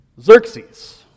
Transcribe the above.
Xerxes